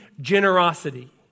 generosity